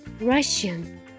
Russian